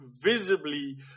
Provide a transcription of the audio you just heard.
visibly